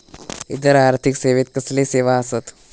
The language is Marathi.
इतर आर्थिक सेवेत कसले सेवा आसत?